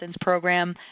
program